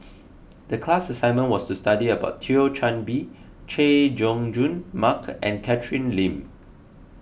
the class assignment was to study about Thio Chan Bee Chay Jung Jun Mark and Catherine Lim